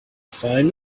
find